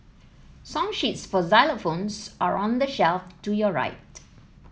song sheets for xylophones are on the shelf to your right